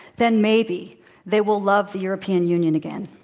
then maybe they will love the european union again.